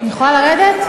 אני יכולה לרדת?